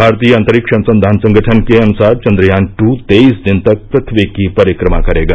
भारतीय अंतरिक्ष अनुसंधान संगठन के अनुसार चंद्रयान दू तेईस दिन तक पृथ्यी की परिक्रमा करेगा